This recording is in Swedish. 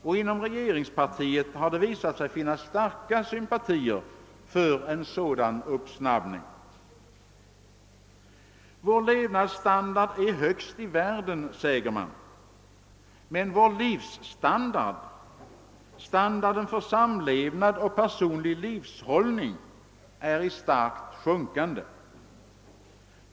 Också inom regeringspartiet har det visat sig finnas starka sympatier för en sådan uppsnabbning. Vår levnadsstandard är högst i värk den, säger man. Men vår livsstandard, standarden för samlevnad och personlig livshållning, är i starkt sjunkande.